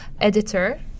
editor